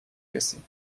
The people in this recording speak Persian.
رسی